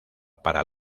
para